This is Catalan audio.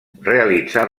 realitzà